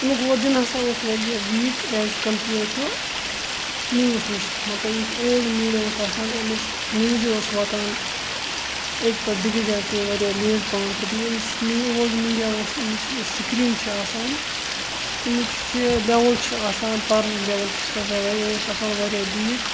اَمیُک ؤرجَن ہَسا اوس واریاہ ویٖک ایز کَمپِیٲڈ ٹُہ نِوَس نِش مطلب یُس اولڈ میٖڈیا اوس آسان اَمِچ نِوٕزِ اوس واتان ایٚکہِ پٮ۪ٹھ بیٚکِس جایہِ پٮ۪وان واریاہ لیٹ پَہَن تہٕ بیٚیہِ أمِس میٖڈ اولڈ میٖڈیا اوس اَمیُک چھُ یہِ سِکریٖن چھِ آسان یَمِچ یہِ لٮ۪وٕل چھِ آسان پَرنٕچ لٮ۪وٕل چھِ سُہ ہَسا یہِ اوس آسان واریاہ لیٖک